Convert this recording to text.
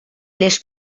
les